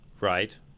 right